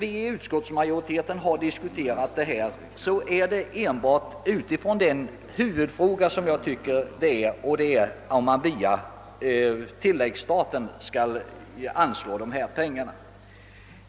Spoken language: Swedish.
I utskottet har vi diskuterat om man via tilläggsstaten skall anslå dessa pengar.